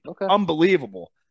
unbelievable